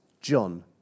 John